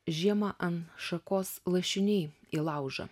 žiemą ant šakos lašiniai į laužą